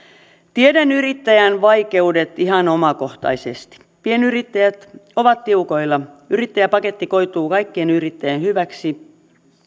tiedän yrittäjän vaikeudet ihan omakohtaisesti pienyrittäjät ovat tiukoilla yrittäjäpaketti koituu kaikkien yrittäjien hyväksi